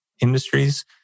industries